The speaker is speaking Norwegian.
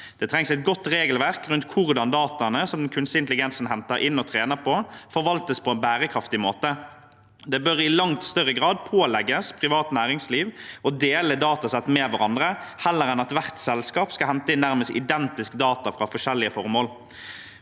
Det trengs et godt regelverk rundt hvordan dataene som den kunstige intelligensen henter inn og trener på, forvaltes på en bærekraftig måte. Det bør i langt større grad pålegges privat næringsliv å dele datasett med hverandre, heller enn at hvert selskap skal hente inn nærmest identiske data fra forskjellige formål.